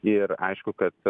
ir aišku kad